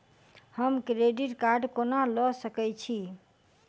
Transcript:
हम credit card कोना लऽ सकै छी?